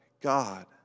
God